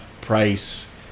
Price